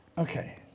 Okay